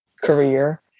career